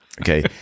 okay